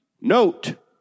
Note